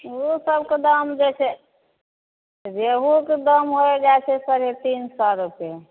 ओ सबके दाम जे छै रेहुके दाम होए जाइ छै साढ़े तीन सए रुपे